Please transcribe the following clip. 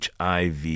hiv